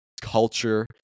culture